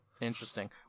Interesting